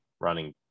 running